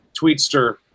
tweetster